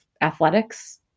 athletics